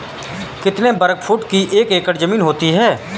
कितने वर्ग फुट की एक एकड़ ज़मीन होती है?